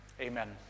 Amen